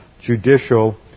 judicial